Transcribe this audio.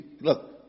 look